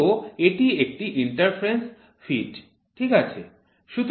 তো এটি একটি ইন্টারফারেন্স ফিট ঠিক আছে